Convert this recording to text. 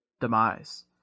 demise